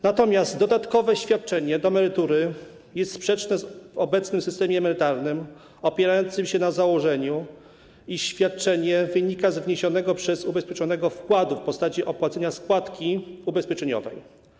Natomiast dodatkowe świadczenie do emerytury jest sprzeczne z obecnym systemem emerytalnym, opierającym się na założeniu, iż świadczenie wynika z wniesionego przez ubezpieczonego wkładu w postaci opłacenia składki ubezpieczeniowej.